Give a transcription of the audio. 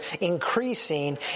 increasing